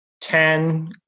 ten